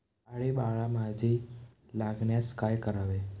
डाळींबाला माशी लागल्यास काय करावे?